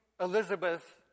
Elizabeth